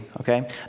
okay